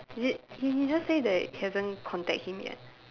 is it he he just say that he hasn't contact him yet